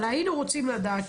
אבל היינו רוצים לדעת,